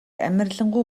амарлингуй